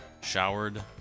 Showered